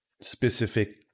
specific